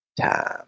time